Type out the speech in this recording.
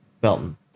Belton